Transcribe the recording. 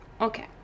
okay